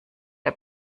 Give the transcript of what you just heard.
der